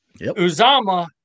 Uzama